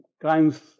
Crimes